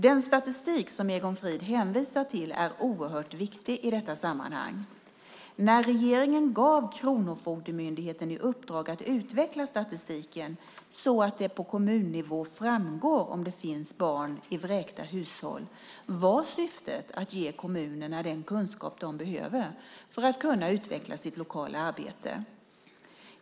Den statistik som Egon Frid hänvisar till är oerhört viktig i detta sammanhang. När regeringen gav Kronofogdemyndigheten i uppdrag att utveckla statistiken så att det på kommunnivå framgår om det finns barn i vräkta hushåll var syftet att ge kommunerna den kunskap de behöver för att kunna utveckla sitt lokala arbete.